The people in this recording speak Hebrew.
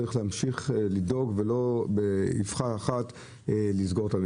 צריך להמשיך לדאוג ולא לסגור את המפעל.